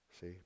See